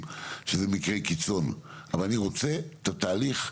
שזה מקרה קיצון אבל אני רוצה את התהליך,